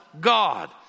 God